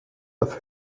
auf